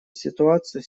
ситуацию